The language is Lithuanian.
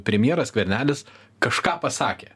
premjeras skvernelis kažką pasakė